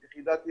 את יחידת יהלום,